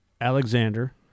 Alexander